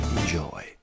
Enjoy